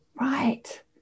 Right